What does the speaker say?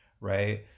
Right